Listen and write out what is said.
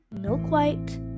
milk-white